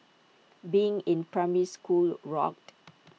being in primary school rocked